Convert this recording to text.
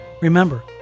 Remember